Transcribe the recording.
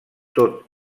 tot